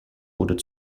oder